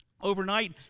Overnight